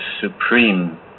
supreme